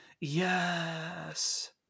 Yes